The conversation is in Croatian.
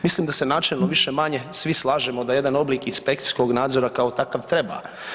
Mislim da se načelno više-manje svi slažemo da jedan oblik inspekcijskog nadzora kao takav treba.